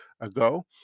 ago